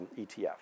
ETF